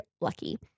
lucky